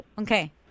Okay